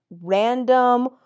random